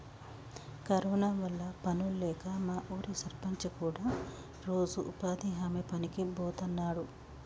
corona వల్ల పనుల్లేక మా ఊరి సర్పంచ్ కూడా రోజూ ఉపాధి హామీ పనికి బోతన్నాడు